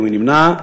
מי נמנע?